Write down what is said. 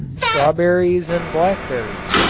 strawberries and blackberries.